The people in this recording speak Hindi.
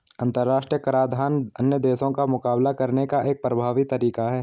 अंतर्राष्ट्रीय कराधान अन्य देशों का मुकाबला करने का एक प्रभावी तरीका है